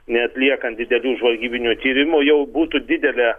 neatliekant didelių žvalgybinių tyrimų jau būtų didelė